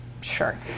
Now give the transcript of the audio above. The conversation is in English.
sure